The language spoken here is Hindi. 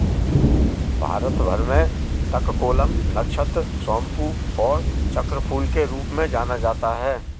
भारत भर में तककोलम, नक्षत्र सोमपू और चक्रफूल के रूप में जाना जाता है